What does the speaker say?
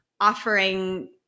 offering